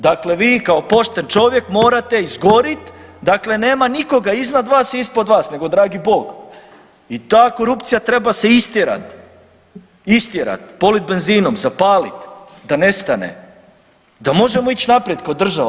Dakle, vi kao pošten čovjek morate izgorit, dakle nema nikoga iznad vas i ispod vas nego dragi Bog i ta korupcija treba se istjerat, istjerat, polit benzinom, zapalit da nestane, da možemo ić naprijed kao država.